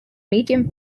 medium